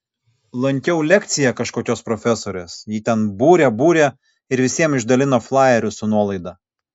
lankiau lekcija kažkokios profesorės ji ten būrė būrė ir visiem išdalino flajerius su nuolaida